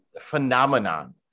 phenomenon